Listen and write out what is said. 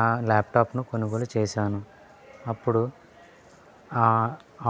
ఆ ల్యాప్టాప్ను కొనుగోలు చేసాను అప్పుడు